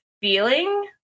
feeling